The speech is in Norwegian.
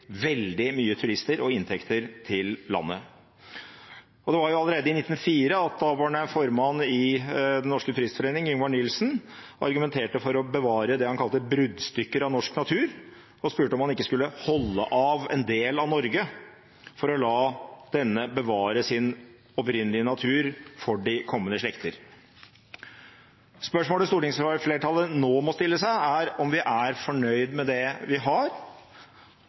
veldig mange turister og inntekter til landet. Det var allerede i 1904 at daværende formann i Den Norske Turistforening, Yngvar Nielsen, argumenterte for å bevare det han kalte bruddstykker av norsk natur, og spurte om man ikke skulle holde av en del av Norge for å la denne bevare sin opprinnelige natur til de kommende slekter. Spørsmålet stortingsflertallet nå må stille seg, er om vi er fornøyd med det vi har,